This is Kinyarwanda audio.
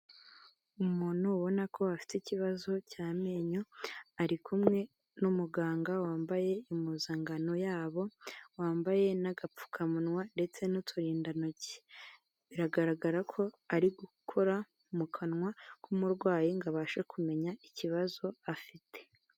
Umuntu ubona ko afite ikibazo cy'amenyo ari kumwe n'umuganga wambaye impuzankano yabo wambaye n'agapfukamunwa ndetse n'uturindantoki, biragaragara ko ari gukora mu kanwa k'umurwayi ngo abashe kumenya ikibazo afite.